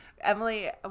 Emily